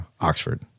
Oxford